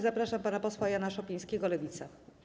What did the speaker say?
Zapraszam pana posła Jana Szopińskiego, Lewica.